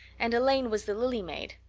and elaine was the lily maid.